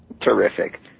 Terrific